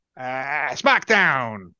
Smackdown